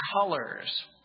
colors